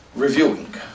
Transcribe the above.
Reviewing